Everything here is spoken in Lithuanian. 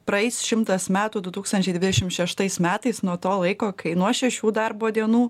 praeis šimtas metų du tūkstančiai dvidešim šeštais metais nuo to laiko kai nuo šešių darbo dienų